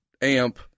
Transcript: amp